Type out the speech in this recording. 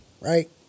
right